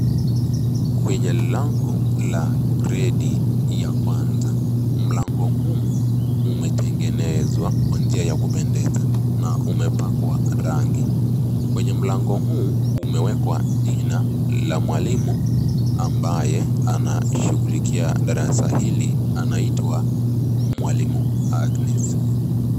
Kwenye lango la gredi ya kwaza. Mlango huu umetengenezwa kwa njia ya kupendeza na umepakwa rangi. Kwenye mlango huu umewekwa jina la mwalimu ambaye anashughulikia darasa hili anaitwa mwalimu Agnes.